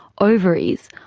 ovaries,